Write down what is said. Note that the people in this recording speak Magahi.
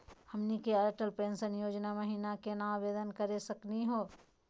हमनी के अटल पेंसन योजना महिना केना आवेदन करे सकनी हो?